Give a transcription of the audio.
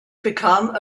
become